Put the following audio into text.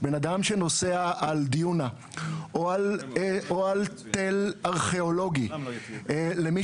בן אדם שנוסע על דיונה או על תל ארכיאולוגי מי